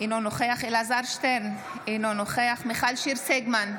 אינו נוכח אלעזר שטרן, אינו נוכח מיכל שיר סגמן,